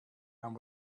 and